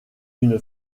une